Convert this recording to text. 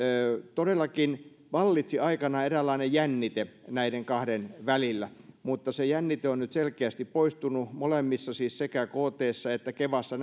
todellakin vallitsi aikanaan eräänlainen jännite näiden kahden välillä mutta se jännite on nyt selkeästi poistunut molemmissa siis sekä ktssä että kevassa